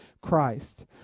Christ